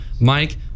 Mike